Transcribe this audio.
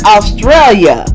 Australia